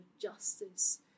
justice